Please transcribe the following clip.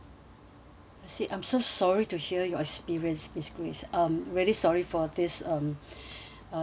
I see I'm so sorry to hear your experience miss grace um really sorry for this um this